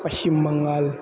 Paschim Bengal